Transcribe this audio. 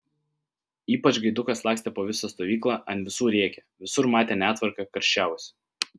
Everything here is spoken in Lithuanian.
ypač gaidukas lakstė po visą stovyklą ant visų rėkė visur matė netvarką karščiavosi